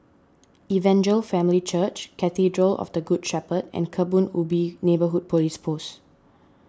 Evangel Family Church Cathedral of the Good Shepherd and Kebun Ubi Neighbourhood Police Post